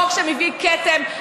חוק שמביא כתם.